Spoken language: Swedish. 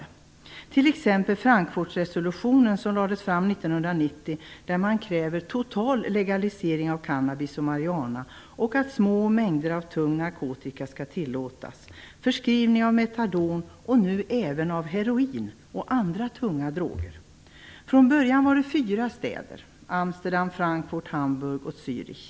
I t.ex. Frankfurtresolutionen, som lades fram 1990, kräver man total legalisering av cannabis och marijuana, att små mängder av tung narkotika skall tillåtas samt förskrivning av metadon och nu även av heroin och andra tunga droger. Från början var det fyra städer: Amsterdam, Frankfurt, Hamburg och Zürich.